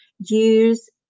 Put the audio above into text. use